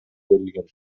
берилген